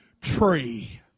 tree